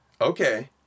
Okay